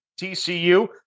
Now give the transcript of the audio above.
TCU